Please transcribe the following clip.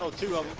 so two